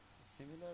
similar